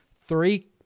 three